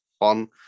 on